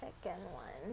second [one]